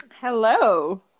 Hello